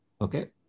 Okay